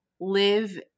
live